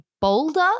boulder